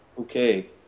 Okay